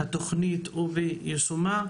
התוכנית או ביישומה,